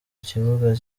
kibuga